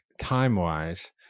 time-wise